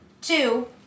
Two